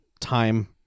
time